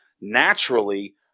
naturally